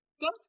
ghost